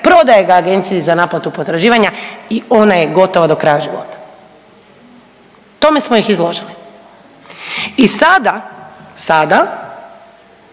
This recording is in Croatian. Prodaje ga Agenciji za naplatu potraživanja i ona je gotova do kraja života. Tome smo ih izložili. I sada, pred